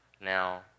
Now